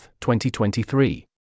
2023